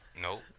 nope